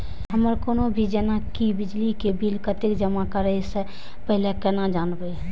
हमर कोनो भी जेना की बिजली के बिल कतैक जमा करे से पहीले केना जानबै?